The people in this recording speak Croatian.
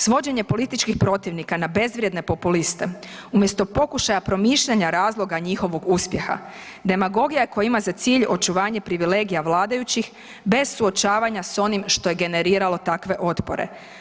Svođenje političkih protivnika na bezvrijedne populiste umjesto pokušaja promišljanja razloga njihovog uspjeha, demagogija je koja ima za cilj očuvanje privilegija vladajućih bez suočavanja s onim što je generiralo takve otpore.